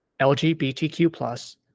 LGBTQ+